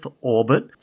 orbit